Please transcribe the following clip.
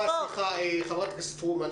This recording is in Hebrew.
תאפשרי לה לסיים, חברת הכנסת פרומן.